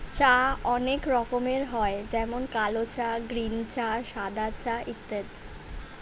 চা অনেক রকমের হয় যেমন কালো চা, গ্রীন চা, সাদা চা ইত্যাদি